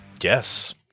Yes